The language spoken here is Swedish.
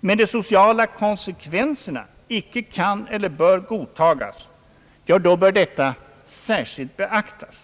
men de sociala konsekvenserna inte kan eller bör godtagas bör detta särskilt beaktas.